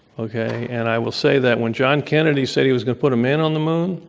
okay? and i will say that when john kennedy said he was going to put a man on the moon,